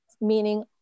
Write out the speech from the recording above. meaning